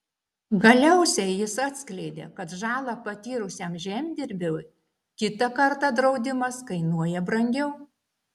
galiausiai jis atskleidė kad žalą patyrusiam žemdirbiui kitą kartą draudimas kainuoja brangiau